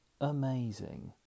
amazing